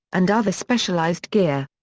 and other specialized gear.